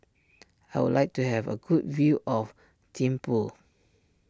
I would like to have a good view of Thimphu